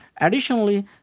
Additionally